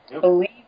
Believe